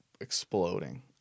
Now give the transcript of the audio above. exploding